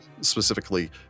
specifically